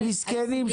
מסכנים,